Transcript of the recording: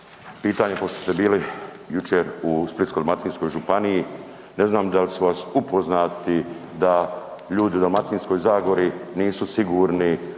pitanje pošto ste bili jučer u Splitsko-dalmatinskoj županiji. Ne znam da li su vas upoznati da ljudi u Dalmatinskoj zagori nisu sigurni